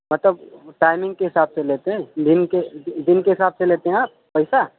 مطلب ٹائمنگ کے حساب سے لیتے ہیں دن کے حساب سے لیتے ہیں آپ پیسہ